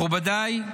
מכובדיי,